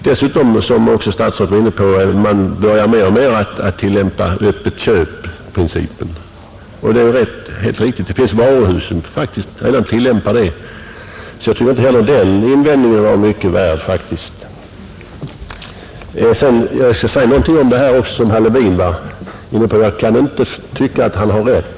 Dessutom börjar man — som också statsrådet var inne på — mer och mer att tillämpa principen med öppet köp, vilket är bra, Det finns faktiskt varuhus, som redan tillämpar den principen, Jag tycker alltså inte att den invändningen var mycket värd heller.